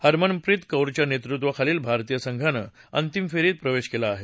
हरमनप्रीत कौरच्या नेत्तृत्वाखाली भारतीय संघानं अंतिम फेरीत प्रवेश केला आहे